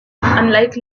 unlike